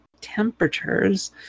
temperatures